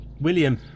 William